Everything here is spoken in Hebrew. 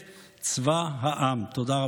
בוודאי.